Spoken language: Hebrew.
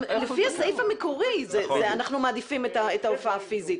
גם לפי הסעיף המקורי אנחנו מעדיפים את ההופעה הפיסית.